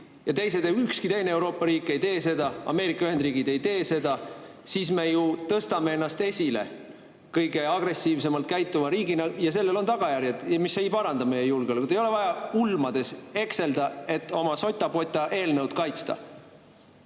ükski teine Euroopa riik ei tee seda, Ameerika Ühendriigid ei tee seda, siis me ju tõstame ennast esile kõige agressiivsemalt käituva riigina. Ja sellel on tagajärjed, mis ei paranda meie julgeolekut. Ei ole vaja ulmades ekselda, et oma sotapota-eelnõu kaitsta.